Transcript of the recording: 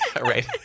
Right